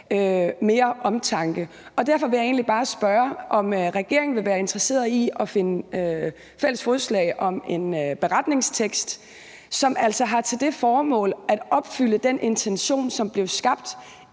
mere omtanke. Derfor vil jeg egentlig bare spørge, om regeringen vil være interesseret i at finde fælles fodslag om en beretningstekst, som altså har til formål at opfylde den intention, som blev skabt